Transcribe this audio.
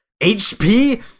HP